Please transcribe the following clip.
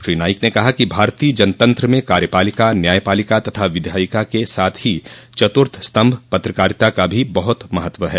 श्री नाईक ने कहा कि भारतीय जनतंत्र में कार्यपालिका न्यायपालिका तथा विधायिका के साथ ही चतुर्थ स्तम्भ पत्रकारिता का भी बहुत महत्व है